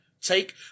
Take